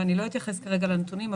ואני לא אתייחס כרגע לנתונים,